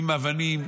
עם אבנים,